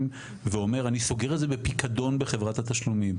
ואומר אני סוגר את זה בפיקדון בחברת התשלומים.